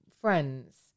friends